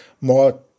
more